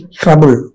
trouble